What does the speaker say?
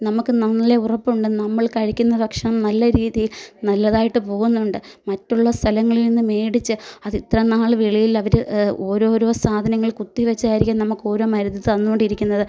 നമുക്ക് നല്ല ഉറപ്പുണ്ട് നമ്മൾ കഴിക്കുന്ന ഭക്ഷണം നല്ല രീതിയിൽ നല്ലതായിട്ട് പോകുന്നുണ്ട് മറ്റുള്ള സ്ഥലങ്ങളിൽ നിന്നു മേടിച്ച് അതിത്രനാൾ വെളിയിലവർ ഓരോരോ സാധനങ്ങൾ കുത്തിവച്ചായിരിക്കും നമുക്ക് ഒരോ മരുന്ന് തന്നുകൊണ്ടിരിക്കുന്നത്